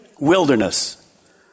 Wilderness